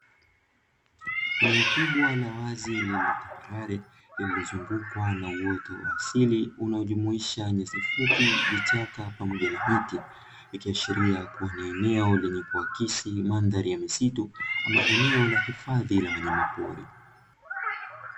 Eneo kubwa la wazi lililo tambarare, lililozungukwa na uoto wa asili, unaojumuisha nyasi fupi, vichaka pamoja na miti, ikiashiria kuwa eneo lenye kuakisi mandhari ya misitu, ama eneo la hifadhi la wanyama pori.